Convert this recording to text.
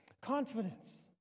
confidence